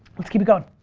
let's keep it going.